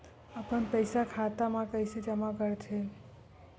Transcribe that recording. अपन पईसा खाता मा कइसे जमा कर थे?